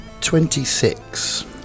Twenty-six